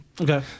Okay